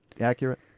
accurate